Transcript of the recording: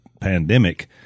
pandemic